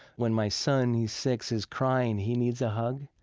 when my son who's six is crying, he needs a hug.